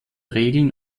regeln